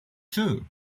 two